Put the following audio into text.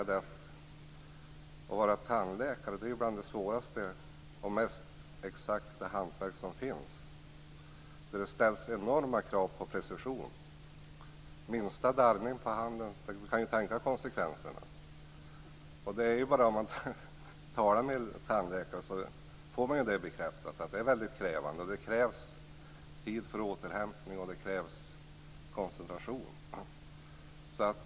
Att vara tandläkare är bland det svåraste och mest exakta hantverk som finns. Det ställs enorma krav på precision. Man kan bara tänka sig konsekvenserna av minsta darrning på handen. När man talar med tandläkare får man bekräftat att det ett väldigt krävande arbete. Det krävs också tid för återhämtning och det krävs koncentration.